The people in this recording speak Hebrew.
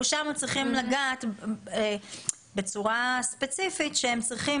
שם אנחנו צריכים לגעת בצורה ספציפית שהם צריכים